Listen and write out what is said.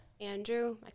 Andrew